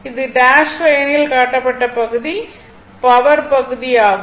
இது டேஷ் லைனில் காட்டப்பட்ட பகுதி பவர் பகுதி ஆகும்